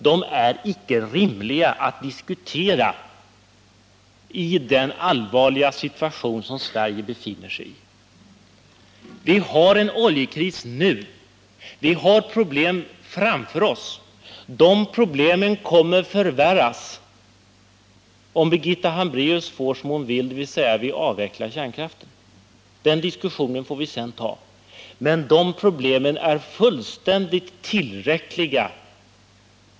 De är inte rimliga att diskutera med tanke på den allvarliga situation som Sverige befinner sig i. Vi har en oljekris nu. Vi har problem framför oss. De problemen kommer att förvärras om Birgitta Hambraeus får som hon vill, dvs. att vi avvecklar kärnkraften. Den diskussionen får vi ta senare, men dessa problem är fullständigt tillräckliga.